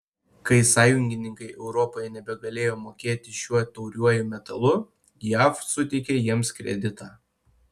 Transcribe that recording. kai sąjungininkai europoje nebegalėjo mokėti šiuo tauriuoju metalu jav suteikė jiems kreditą